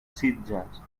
sitges